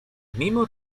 mimo